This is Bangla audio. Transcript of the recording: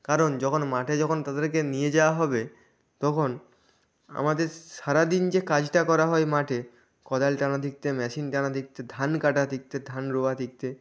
কারণ যখন মাঠে যখন তাদেরকে নিয়ে যাওয়া হবে তখন আমাদের সারা দিন যে কাজটা করা হয় মাঠে কোদাল টানা দিকথেকে মেশিন টানা দিকথেকে ধান কাটা দিকথেকে ধান রোয়া দিকথেকে